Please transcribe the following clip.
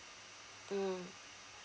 mm